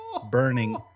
burning